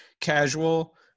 casual